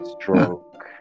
stroke